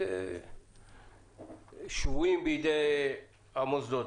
שבויים בידי המוסדות.